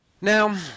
Now